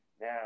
Now